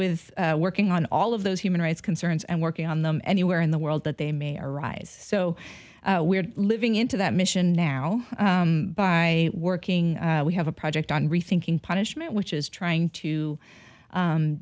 with working on all of those human rights concerns and working on them anywhere in the world that they may arise so we're living into that mission now by working we have a project on rethinking punishment which is trying to